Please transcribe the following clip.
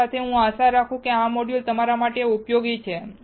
તેથી આ સાથે હું આશા રાખું છું કે આ મોડ્યુલ તમારા માટે ઉપયોગી છે